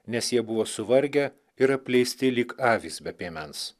nes jie buvo suvargę ir apleisti lyg avys be piemens